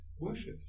worship